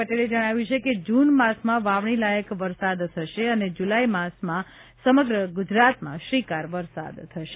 પટેલે જજ્ઞાવ્યું છે કે જૂન માસમાં વાવણીલાયક વરસાદ થશે અને જુલાઇ માસમાં સમગ્ર ગુજરાતમાં શ્રીકાર વરસાદ થશે